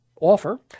offer